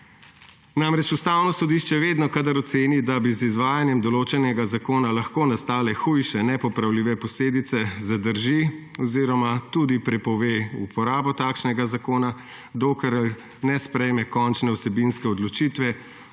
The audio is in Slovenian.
Ustavno sodišče vedno, kadar oceni, da bi z izvajanjem določenega zakona lahko nastale hujše nepopravljive posledice, zadrži oziroma tudi prepove uporabo takšnega zakona, dokler ne sprejme končne vsebinske odločitve